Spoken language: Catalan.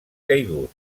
caigut